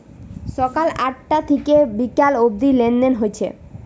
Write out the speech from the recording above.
সকাল আটটা থিকে বিকাল অব্দি লেনদেন হচ্ছে